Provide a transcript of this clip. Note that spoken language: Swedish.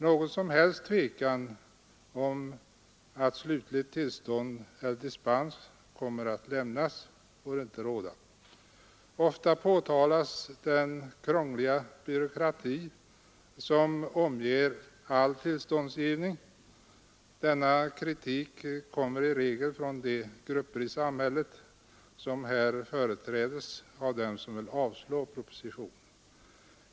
Någon som helst tvekan om att slutligt tillstånd eller dispens kommer att lämnas får inte råda. Ofta påtalas den krångliga byråkrati som omger tillståndsgivning. Denna kritik kommer i regel från de grupper i samhället som här företräds av dem som vill avslå propositionen.